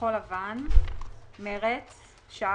כחול לבן, מרצ, ש"ס,